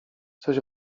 coś